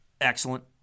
Excellent